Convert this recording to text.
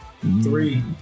Three